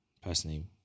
personally